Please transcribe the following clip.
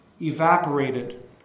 evaporated